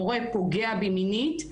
מורה פוגע בי מינית,